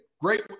Great